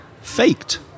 faked